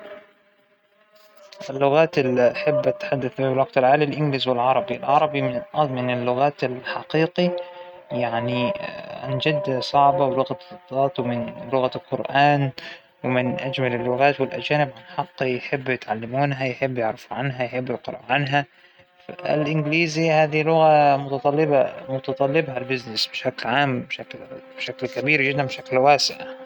اللغة الأم لأبوى وأمى وأجدادى هى اللغة العربية، نحنا عرب وكلياتنا لغتنا الأم العربية، طبعاً فى كثير منهم أجادوا أكثر من لغة وكان معهم أكثر من لغة يت- يتحدثون فيها يفهمون عليها، لكن باللآخير كانت اللغة العربية هى ال- اللغة الأم اللى الكل فينا كان يتحدثها.